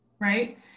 right